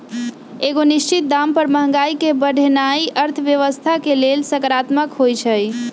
एगो निश्चित दाम पर महंगाई के बढ़ेनाइ अर्थव्यवस्था के लेल सकारात्मक होइ छइ